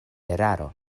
eraro